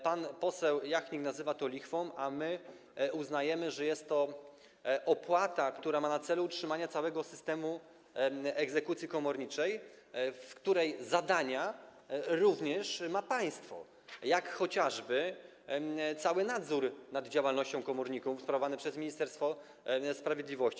Pan poseł Jachnik nazywa to lichwą, a my uznajemy, że jest to opłata, która ma na celu utrzymanie całego systemu egzekucji komorniczej, w którego ramach zadania ma również państwo, jak chociażby cały nadzór nad działalnością komorników sprawowany przez Ministerstwo Sprawiedliwości.